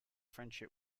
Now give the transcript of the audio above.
friendship